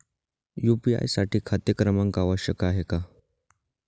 UPI साठी खाते क्रमांक आवश्यक आहे का?